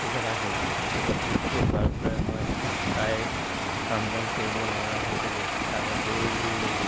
অসুখ এটা হৈছিলে সেই অসুখটো হোৱাৰ পৰাই মই প্ৰায় কাম বন কৰিব নোৱাৰা হৈছিলোঁ তাৰপা দৌৰিবলৈ ল'লোঁ